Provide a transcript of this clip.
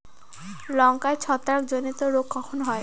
লঙ্কায় ছত্রাক জনিত রোগ কখন হয়?